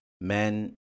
Men